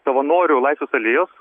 savanorių laisvės alėjos